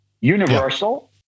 Universal